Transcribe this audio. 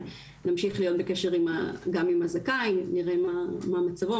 שנמשיך להיות בקשר גם עם הזכאי ושנראה מה מצבו,